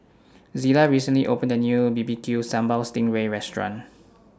Zillah recently opened A New B B Q Sambal Sting Ray Restaurant